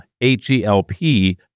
H-E-L-P